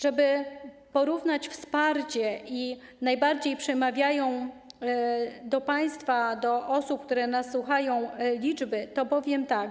Żeby porównać wsparcie - a najbardziej przemawiają do państwa i do osób, które nas słuchają, liczby - powiem tak.